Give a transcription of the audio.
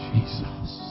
Jesus